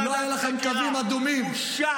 בושה.